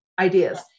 ideas